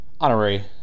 honorary